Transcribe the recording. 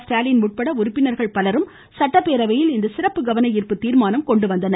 ஸ்டாலின் உட்பட உறுப்பினர்கள் பலரும் சட்டப்பேரவையில் இன்று சிறப்பு கவன ஈர்ப்பு தீர்மானம் கொண்டு வந்தனர்